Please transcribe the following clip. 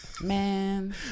Man